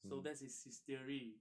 so that's his theory